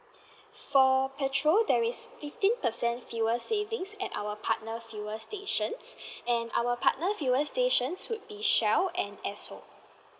for petrol there is fifteen percent fuel savings at our partner fuel stations and our partner fuel stations would be shell and esso